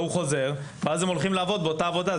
הוא חוזר, ואז הם הולכים לעבוד באותה עבודה.